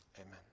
amen